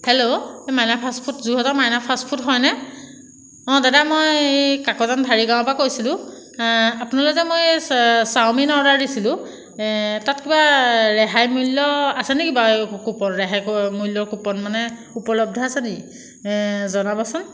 hello এই Maina fast food যোৰহাটৰ Maina fast food হয়নে অঁ দেদা মই কাকজান ঢাৰিগাঁৱৰপৰা কৈছিলোঁ আপোনালৈ যে মই চাও মিন অৰ্ডাৰ দিছিলোঁ তাত কিবা ৰেহাই মূল্য আছে নেকি বাৰু কুপন ৰেহাই মূল্যৰ কুপন মানে উপলব্ধ আছে নি জনাবচোন